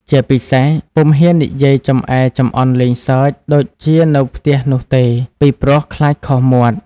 ជាពិសេស ពុំហ៊ាននិយាយចំអែចំអន់លេងសើចដូចជានៅផ្ទះនោះទេ ពីព្រោះខ្លាចខុសមាត់។